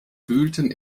wühlten